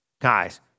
Guys